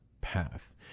path